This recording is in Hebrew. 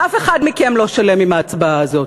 אף אחד מכם לא שלם עם ההצבעה הזאת,